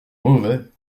mauvais